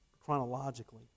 chronologically